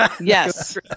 Yes